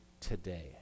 today